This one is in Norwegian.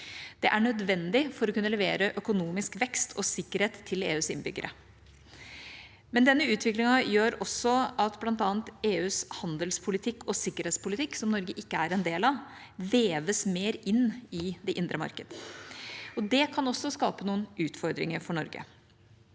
Det er nødvendig for å kunne levere økonomisk vekst og sikkerhet til EUs innbyggere. Denne utviklingen gjør også at bl.a. EUs handelspolitikk og sikkerhetspolitikk, som Norge ikke er en del av, veves mer inn i det indre marked. Det kan også skape noen utfordringer for Norge.